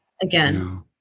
again